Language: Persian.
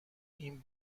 این